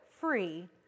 free